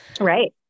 Right